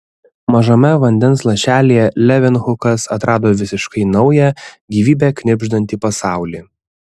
mažame vandens lašelyje levenhukas atrado visiškai naują gyvybe knibždantį pasaulį